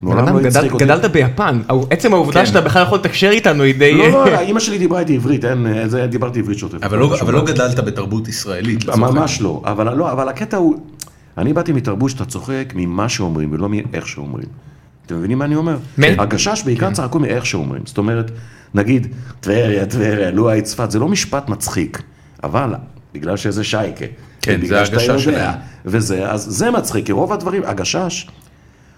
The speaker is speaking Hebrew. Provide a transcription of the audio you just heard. גדלת ביפן, עצם העובדה שאתה בכלל יכול לתקשר איתנו היא די... לא, לא, אימא שלי דיברה איתי עברית, אין, דיברתי עברית שוטפת. -אבל לא גדלת בתרבות ישראלית. -ממש לא, אבל לא, אבל הקטע הוא, אני באתי מתרבות שאתה צוחק ממה שאומרים ולא מאיך שאומרים. אתם מבינים מה אני אומר? הגשש בעיקר צחקו מאיך שאומרים, זאת אומרת, נגיד, טבריה, טבריה לו היית צפת, זה לא משפט מצחיק, אבל, בגלל שזה שייקה, ובגלל שאתה יודע וזה, אז זה מצחיק, כי רוב הדברים, הגשש.